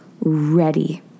ready